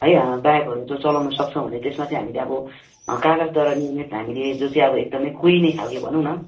है ब्यागहरू जो चलाउन सक्छौँ भने त्यसमा चाहिँ हामीले अब कागजद्वारा निर्मित हामीले जो चाहिँं एकदमै कुहिने खाले भनौँ न